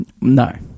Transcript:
No